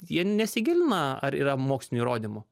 jie nesigilina ar yra mokslinių įrodymų